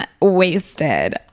wasted